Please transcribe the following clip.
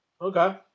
Okay